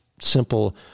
simple